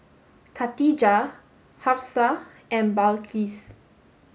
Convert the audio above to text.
Katijah Hafsa and Balqis